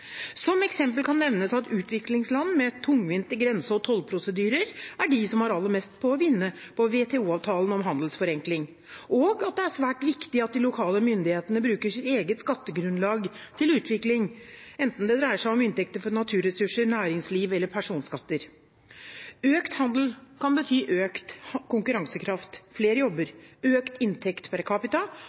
Som eksempel kan nevnes at utviklingsland med tungvinte grense- og tollprosedyrer er de som har aller mest å vinne på WTO-avtalen om handelsforenkling, og at det er svært viktig at de lokale myndighetene bruker sitt eget skattegrunnlag til utvikling, enten det dreier seg om inntekter fra naturressurser, næringsliv eller personskatter. Økt handel kan bety økt konkurransekraft, flere jobber, økt inntekt per